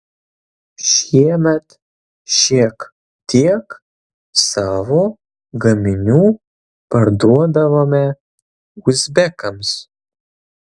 šiemet šiek tiek savo gaminių parduodavome uzbekams